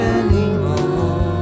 anymore